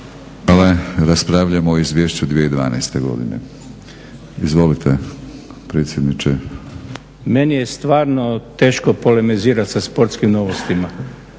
Hvala. Raspravljamo o Izvješću 2012. godine. Izvolite predsjedniče. **Mateša, Zlatko** Meni je stvarno teško polemizirati sa Sportskim novostima,